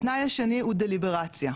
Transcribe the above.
התנאי השני הוא דליברציה,